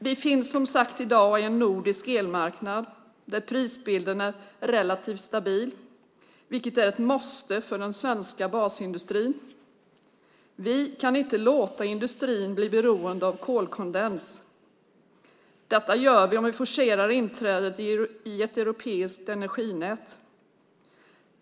Det finns i dag, som sagt, en nordisk elmarknad där prisbilden är relativt stabil, vilket är ett måste för den svenska basindustrin. Vi kan inte låta industrin bli beroende av kolkondens. Det gör vi om vi forcerar inträdet i ett europeiskt energinät.